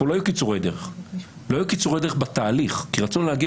כאן לא היו קיצורי דרך בתהליך כי רצינו להגיע